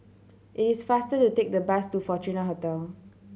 it is faster to take the bus to Fortuna Hotel